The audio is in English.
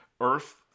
earth